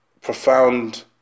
profound